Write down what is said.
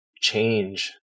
change